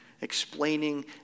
explaining